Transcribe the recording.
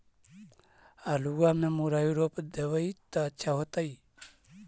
आलुआ में मुरई रोप देबई त अच्छा होतई?